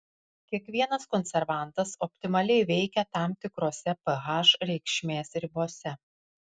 kiekvienas konservantas optimaliai veikia tam tikrose ph reikšmės ribose